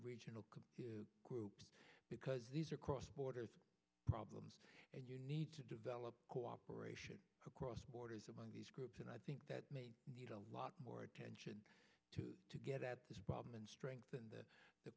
regional groups because these are cross border problems and you need to develop cooperation across borders among these groups and i think that we need a lot more attention to get at this problem and strengthen the